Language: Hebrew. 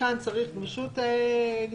וכאן צריך גמישות גדולה?